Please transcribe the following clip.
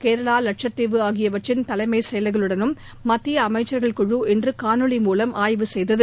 கேரளா லட்சத்தீவு ஆகியவற்றின் தலைஎமச் செயலர்களுடனும் மத்திய அமைச்சள்கள் குழு இன்று காணொலி மூலம் ஆய்வு செய்தது